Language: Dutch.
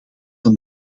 een